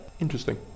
interesting